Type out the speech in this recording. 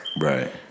Right